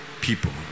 people